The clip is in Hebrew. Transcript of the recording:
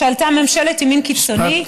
כשעלתה ממשלת ימין קיצוני,